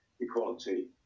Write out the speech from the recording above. equality